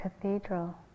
cathedral